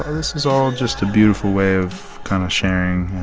this is all just a beautiful way of kind of sharing